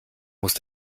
muss